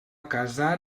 casar